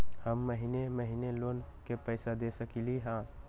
हम महिने महिने लोन के पैसा दे सकली ह?